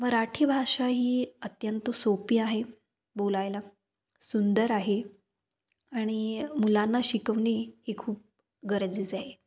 मराठी भाषा ही अत्यंत सोपी आहे बोलायला सुंदर आहे आणि मुलांना शिकवणे ही खूप गरजेचं आहे